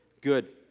Good